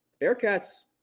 Bearcats